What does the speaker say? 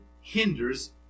hinders